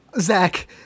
Zach